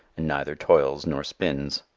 and neither toils nor spins.